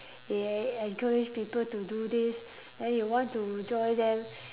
they en~ encourage people to do this then you want to join them